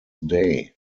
day